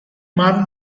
marne